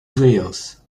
veils